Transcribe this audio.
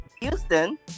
Houston